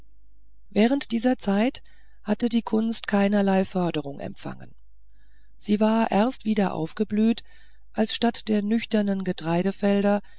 während dieser zeit hatte die kunst keinerlei förderung empfangen sie war erst wieder aufgeblüht als statt der nüchternen getreidefelder